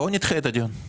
בוא נדחה את הדיון.